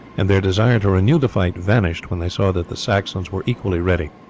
and their desire to renew the fight vanished when they saw that the saxons were equally ready.